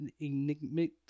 enigmatic